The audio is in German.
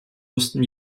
mussten